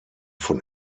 von